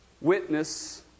Witness